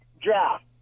draft